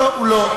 לא, הוא לא.